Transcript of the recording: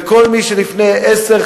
לכל מי שלפני עשר,